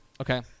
Okay